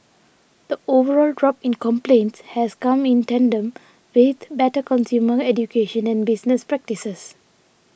the overall drop in complaints has come in tandem with better consumer education and business practices